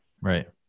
Right